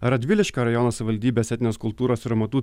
radviliškio rajono savivaldybės etninės kultūros ir amatų